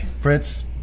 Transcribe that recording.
Fritz